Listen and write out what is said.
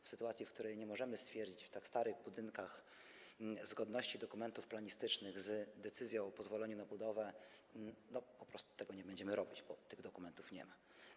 W sytuacji, w której nie możemy stwierdzić w przypadku tak starych budynków zgodności dokumentów planistycznych z decyzją o pozwoleniu na budowę, po prostu tego nie będziemy robić, bo tych dokumentów nie ma.